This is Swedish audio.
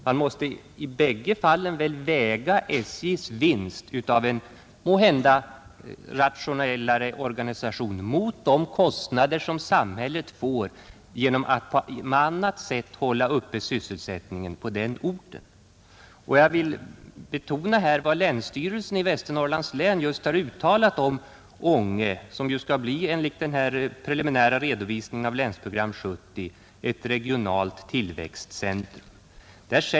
Man måste väl i bägge fallen väga SJ:s vinst av en måhända rationellare organisation mot de kostnader som samhället får genom att på annat sätt behålla sysselsättningen på orten. Jag vill här betona vad länstyrelsen i Västernorrlands län har uttalat om Ånge som ju enligt den preliminära redovisningen av Länsprogram 70 skall bli ett regionalt tillväxtcentrum.